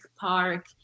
park